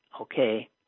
Okay